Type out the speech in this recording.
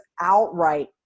outright